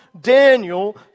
Daniel